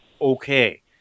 okay